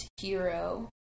hero